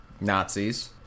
nazis